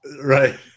right